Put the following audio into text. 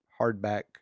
Hardback